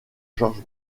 georges